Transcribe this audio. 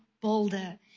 bolder